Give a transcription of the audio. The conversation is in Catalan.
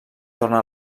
torna